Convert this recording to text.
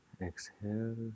Exhale